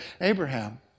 Abraham